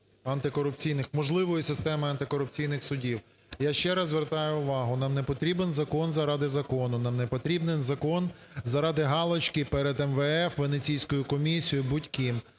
можливої системи антикорупційних судів. Я ще раз звертаю увагу, нам непотрібен закон заради закону, нам непотрібен закон заради галочки перед МВФ, Венеційською комісією, будь-ким.